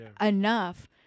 enough